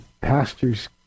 pastor's